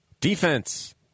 Defense